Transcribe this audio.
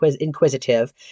inquisitive